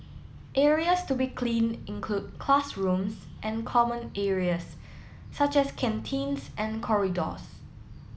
areas to be cleaned include classrooms and common areas such as canteens and corridors